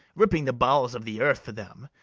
ripping the bowels of the earth for them,